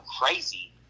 crazy